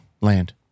Land